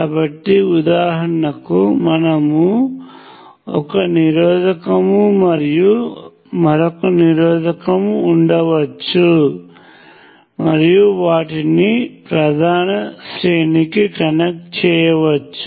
కాబట్టి ఉదాహరణకు మనకు ఒక నిరోధకము మరియు మరొక నిరోధకము ఉండవచ్చు మరియు వాటిని ప్రధాన శ్రేణికి కనెక్ట్ చేయవచ్చు